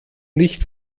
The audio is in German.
nicht